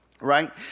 Right